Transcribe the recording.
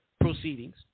proceedings